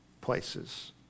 places